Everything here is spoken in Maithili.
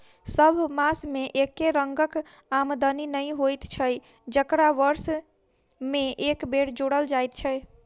सभ मास मे एके रंगक आमदनी नै होइत छै जकरा वर्ष मे एक बेर जोड़ल जाइत छै